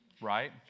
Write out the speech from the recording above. right